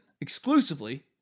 exclusively